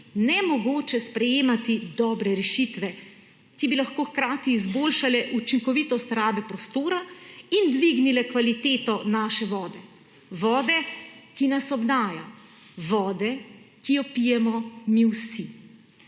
nemogoče sprejemati dobre rešitve, ki bi lahko hkrati izboljšale učinkovitost rabe prostora in dvignile kvaliteto naše vode; vode, ki nas obdaja, vode, ki jo pijemo mi vsi.